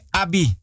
abi